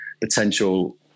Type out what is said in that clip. potential